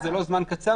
זה לא זמן קצר,